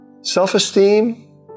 self-esteem